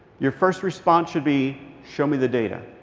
your first response should be, show me the data.